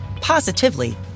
positively